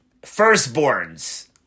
firstborns